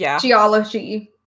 Geology